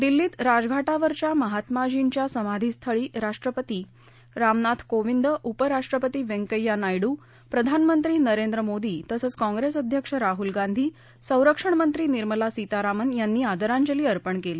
दिल्लीत राजघाटावरच्या महात्माजींच्या समाधीस्थळी राष्ट्रपती रामनाथ कोविंद उपराष्ट्रपती व्यंकय्या नायडू प्रधानमंत्री नरेंद्र मोदी तसंच काँग्रेस अध्यक्ष राहल गांधी संरक्षणमंत्री निर्मला सीतारामन यांनी आदराजली अर्पण केली